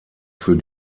für